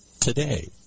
today